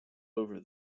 over